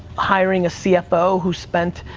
hiring a cfo who spent,